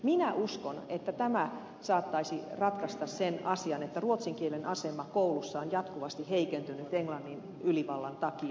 minä uskon että tämä saattaisi ratkaista sen asian että ruotsin kielen asema koulussa on jatkuvasti heikentynyt englannin ylivallan takia